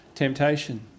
temptation